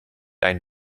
ein